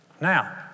Now